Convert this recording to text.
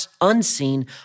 unseen